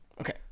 Okay